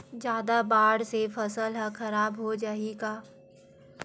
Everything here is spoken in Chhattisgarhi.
जादा बाढ़ से फसल ह खराब हो जाहि का?